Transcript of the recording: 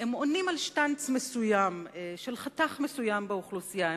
עונים על שטנץ מסוים של חתך מסוים באוכלוסייה,